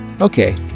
okay